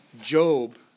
Job